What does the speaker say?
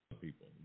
people